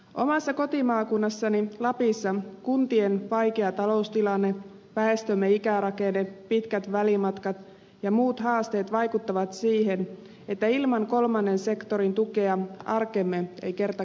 omassa kotimaakunnassani lapissa kuntien vaikea taloustilanne väestömme ikärakenne pitkät välimatkat ja muut haasteet vaikuttavat siihen että ilman kolmannen sektorin tukea arkemme ei kerta kaikkiaan toimisi